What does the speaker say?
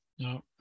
No